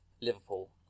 Liverpool